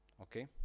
okay